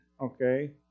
Okay